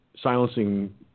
silencing